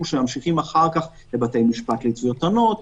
שממשיכים אחר כך לבתי משפט לתביעות קטנות,